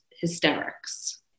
hysterics